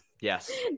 Yes